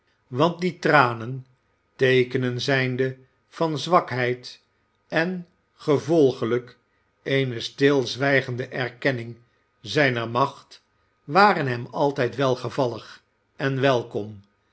want die tranen teekenen zijnde van zwakheid en gevolglijk eene stilzwijgende erkenning zijner macht waren hem altijd welgevallig en welkom